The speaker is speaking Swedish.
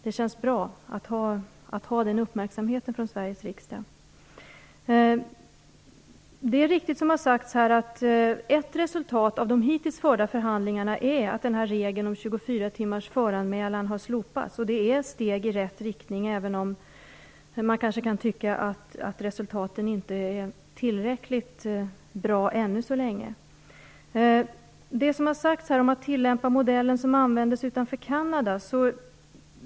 Det känns bra att ha den uppmärksamheten från Sveriges riksdag. Det är riktigt som det har sagts här, att ett resultat av de hittills förda förhandlingarna är att regeln om 24 timmars föranmälan har slopats. Det är ett steg i rätt riktning, även om man kanske kan tycka att resultaten inte är tillräckligt bra ännu så länge. Man har talat om tillämpningen av modellen som användes utanför Kanada.